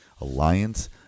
Alliance